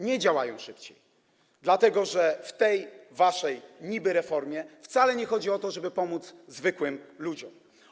Nie działają szybciej, dlatego że w tej waszej niby-reformie wcale nie chodzi o to, żeby pomóc zwykłym ludziom.